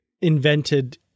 invented